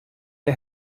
der